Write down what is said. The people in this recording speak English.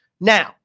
Now